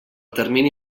termini